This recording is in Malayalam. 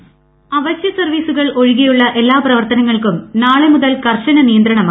വോയ്സ് അവശ്യ സർവ്വീസുകൾ ഒഴികെയുള്ള എല്ലാ പ്രവർത്തനങ്ങൾക്കും നാളെ മുതൽ കർശന നിയന്ത്രണമായിരിക്കും